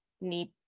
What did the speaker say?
need